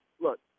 look